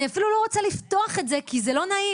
אני אפילו לא רוצה לפתוח את זה כי זה לא נעים.